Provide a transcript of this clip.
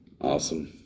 Awesome